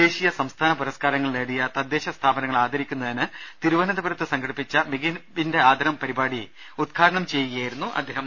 ദേശീയ സംസ്ഥാന പുരസ്കാര ങ്ങൾ നേടിയ തദ്ദേശ സ്ഥാപനങ്ങളെ ആദരിക്കുന്നതിന് തിരുവനന്ത പുരത്ത് സംഘടിപ്പിച്ച മികവിന്റെ ആദരം പരിപാടി ഉദ്ഘാടനം ചെയ്യു കയായിരുന്നു അദ്ദേഹം